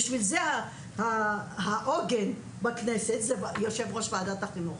בשביל זה העוגן בכנסת זה יושב-ראש ועדת החינוך.